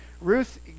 Ruth